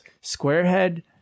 Squarehead